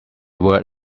word